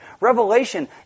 Revelation